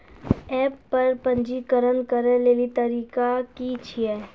App पर पंजीकरण करै लेली तरीका की छियै?